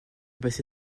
passé